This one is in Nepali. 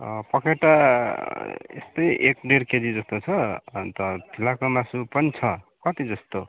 पखेटा यस्तै एक ढेड केजी जस्तो छ अन्त फिलाको मासु पनि छ कति जस्तो